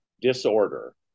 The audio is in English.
disorder